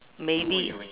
maybe